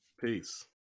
Peace